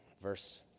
verse